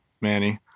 Manny